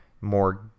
more